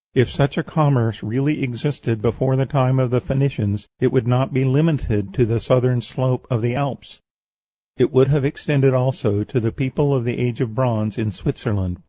if such a commerce really existed before the time of the phoenicians, it would not be limited to the southern slope of the alps it would have extended also to the people of the age of bronze in switzerland.